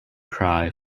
cry